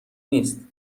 نیست